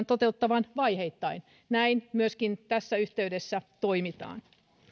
toteutetaan vaiheittain näin myöskin tässä yhteydessä toimitaan